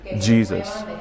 Jesus